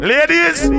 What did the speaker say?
Ladies